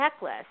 checklist